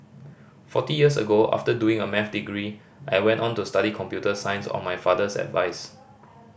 forty years ago after doing a Maths degree I went on to study computer science on my father's advice